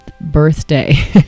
birthday